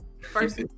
First